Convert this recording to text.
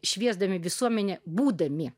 šviesdami visuomenę būdami